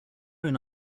own